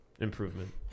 Improvement